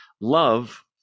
love